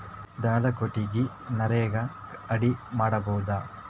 ದನದ ಕೊಟ್ಟಿಗಿ ನರೆಗಾ ಅಡಿ ಮಾಡಬಹುದಾ?